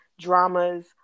dramas